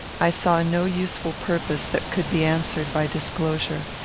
i saw no useful purpose that could be answered by disclosure,